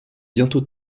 bientôt